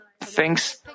thanks